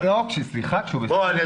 למה.